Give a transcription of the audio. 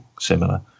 similar